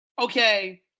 Okay